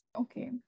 okay